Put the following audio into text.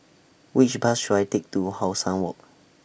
Which Bus should I Take to How Sun Walk